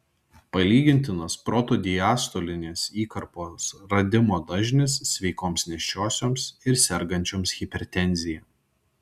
palygintas protodiastolinės įkarpos radimo dažnis sveikoms nėščiosioms ir sergančioms hipertenzija